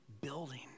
building